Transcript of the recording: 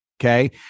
okay